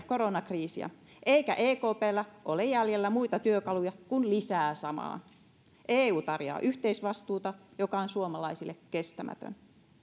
koronakriisiä eikä ekpllä ole jäljellä muita työkaluja kuin lisää samaa eu tarjoaa yhteisvastuuta joka on suomalaisille kestämätön